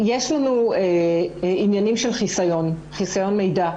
יש לנו עניינים של חסיון מידע.